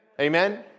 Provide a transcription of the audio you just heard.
Amen